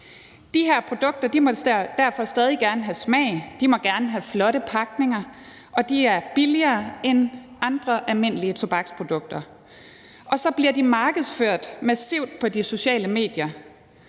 De her produkter må derfor stadig gerne have smag, de må gerne have flotte pakninger, og de er billigere end andre almindelige tobaksprodukter. Så bliver de markedsført massivt på de sociale medier,